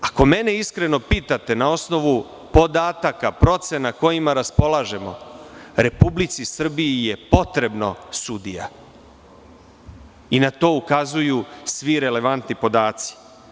Ako mene iskreno pitate, na osnovu podataka, procena kojima raspolažemo, Republici Srbiji je potrebno sudija i na to ukazuju svi relevantni podaci.